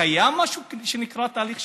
קיים משהו שנקרא תהליך שלום?